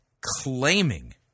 claiming